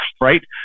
right